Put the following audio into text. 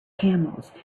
camels